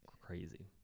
crazy